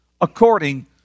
according